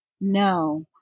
no